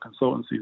consultancies